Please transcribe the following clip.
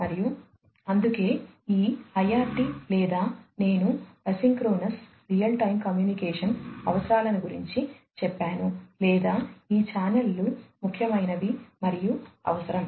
మరియు అందుకే ఈ IRT లేదా నేను ఐసోక్రోనస్ రియల్ టైమ్ కమ్యూనికేషన్ అవసరాలను గురించి చెప్పాను లేదా ఈ ఛానెల్లు ముఖ్యమైనవి మరియు అవసరం